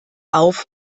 auf